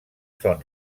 són